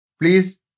Please